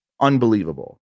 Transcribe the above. unbelievable